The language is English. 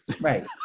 Right